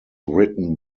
written